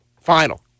Final